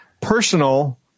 personal